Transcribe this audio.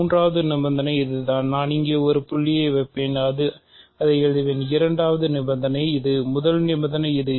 மூன்றாவது நிபந்தனை இதுதான் நான் இங்கே ஒரு புள்ளியை வைப்பேன் அதை எழுதுவேன் இரண்டாவது நிபந்தனை இது முதல் நிபந்தனை இது